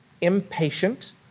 impatient